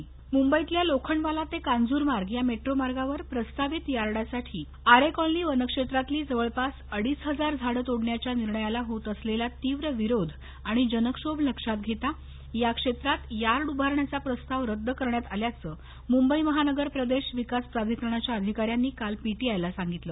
आरे colony मुंबईतल्या लोखंडवाला ते कांजुर्मार्ग या मेट्रो मार्गावरप्रस्तावित यार्डासाठी आरे कॉलनी वनक्षेत्रातली जवळपास अडीच हजार झाडं तोडण्याच्या निर्णयाला होत असलेला तीव्र विरोध आणि जनक्षोभ लक्षात घेता या क्षेत्रात यार्ड उभारण्याचा प्रस्ताव रद्द करण्यात आल्याचं मुंबई महानगर प्रदेश विकास प्राधिकरणाच्या अधिकाऱ्यांनी काल पी टी आय ला सांगितलं